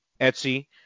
Etsy